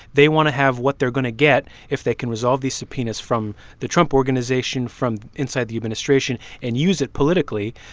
they want to have what they're going to get if they can resolve these subpoenas from the trump organization from inside the administration and use it politically.